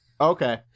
Okay